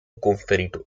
conferito